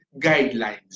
guidelines